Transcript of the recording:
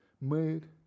made